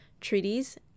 Treaties